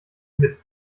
mit